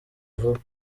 vuba